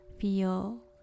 feel